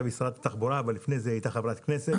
היא שרת התחבורה אבל לפני זה היא הייתה חברת כנסת,